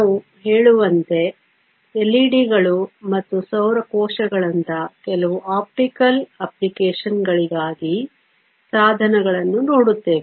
ನಾವು ಹೇಳುವಂತೆ ಎಲ್ಇಡಿಗಳು ಮತ್ತು ಸೌರ ಕೋಶಗಳಂತಹ ಕೆಲವು ಆಪ್ಟಿಕಲ್ ಅಪ್ಲಿಕೇಶನ್ಗಳಿಗಾಗಿ ಸಾಧನಗಳನ್ನು ನೋಡುತ್ತೇವೆ